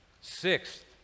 Sixth